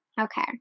Okay